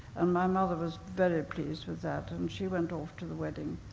and my mother was very pleased with that, and she went off to the wedding.